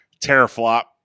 teraflop